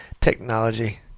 technology